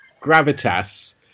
gravitas